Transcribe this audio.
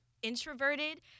introverted